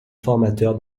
formateur